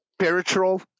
spiritual